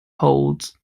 holds